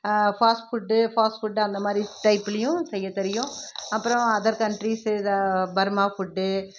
fast food fast food அந்த மாதிரி டைப்லையும் செய்ய தெரியும் அப்போறோம் அதர் கண்ட்ரிஸ் இதை பர்மா ஃபுட்டு